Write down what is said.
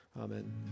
Amen